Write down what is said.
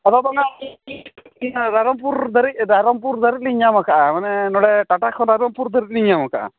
ᱟᱫᱚ ᱛᱟᱦᱚᱞᱮ ᱤᱭᱟᱹ ᱨᱟᱭᱨᱚᱢᱯᱩᱨ ᱫᱷᱟᱹᱨᱤᱡ ᱨᱟᱭᱨᱚᱝᱯᱩᱨ ᱫᱷᱟᱹᱨᱤᱡ ᱞᱤᱧ ᱧᱟᱢ ᱟᱠᱟᱜᱼᱟ ᱢᱟᱱᱮ ᱱᱚᱰᱮ ᱴᱟᱴᱟ ᱠᱷᱚᱱ ᱨᱟᱭᱨᱚᱝᱯᱩᱨ ᱫᱷᱟᱹᱨᱤᱡ ᱞᱤᱧ ᱧᱟᱢ ᱟᱠᱟᱜᱼᱟ